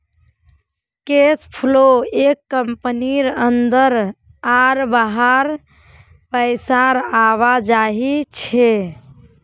cash flow एक कंपनीर अंदर आर बाहर पैसार आवाजाही छे